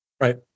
Right